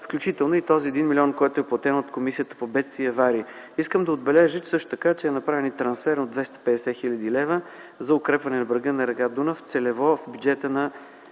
включително и този 1 милион, който е платен от Комисията по бедствия и аварии. Искам да отбележа също така, че е направен и трансфер от 250 хил. лв. за укрепване на брега на р. Дунав целево от бюджета на